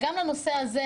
וגם לנושא הזה,